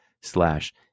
slash